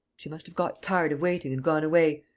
she must have got tired of waiting and gone away.